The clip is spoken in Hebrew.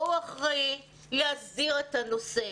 והוא אחראי להסדיר את הנושא.